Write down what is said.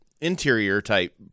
interior-type